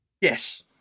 Yes